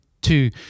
two